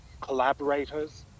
collaborators